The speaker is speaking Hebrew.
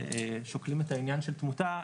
שוקלים את העניין של תמותה,